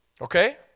Okay